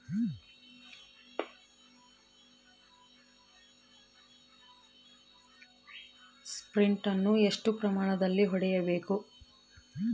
Sprint ಅನ್ನು ಎಷ್ಟು ಪ್ರಮಾಣದಲ್ಲಿ ಹೊಡೆಯಬೇಕು?